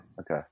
Okay